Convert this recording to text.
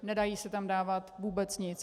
Nedá se tam dávat vůbec nic.